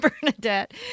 Bernadette